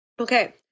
Okay